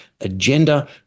agenda